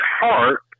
heart